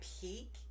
peak